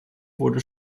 wurde